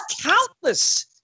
countless